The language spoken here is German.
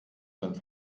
sind